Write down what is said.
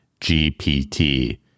GPT